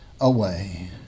away